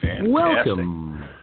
Welcome